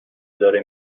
داره